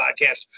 Podcast